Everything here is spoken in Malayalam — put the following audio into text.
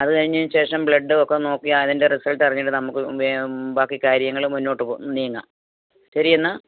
അതു കഴിഞ്ഞതിന് ശേഷം ബ്ലഡുമൊക്കെ നോക്കി അതിൻ്റെ റിസൾട്ട് അറിഞ്ഞിട്ട് നമക്ക് ബാക്കി കാര്യങ്ങള് മുന്നോട്ട് പോകാം നീങ്ങാം ശരിയെന്നാൽ